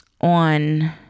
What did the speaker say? on